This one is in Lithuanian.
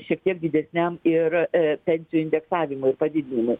šiek tiek didesniam ir e pensijų indeksavimui ir padidinimui